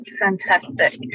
Fantastic